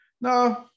no